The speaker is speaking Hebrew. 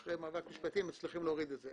אחרי מאבק משפטי מצליחים להוריד את זה.